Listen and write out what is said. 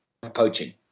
poaching